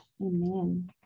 Amen